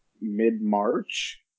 mid-March